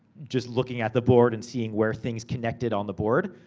just looking at the board and seeing where things connected on the board.